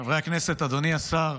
חברי הכנסת, אדוני השר,